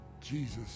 Jesus